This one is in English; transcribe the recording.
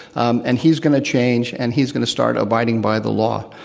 um and he s going to change, and he s going to start abiding by the law.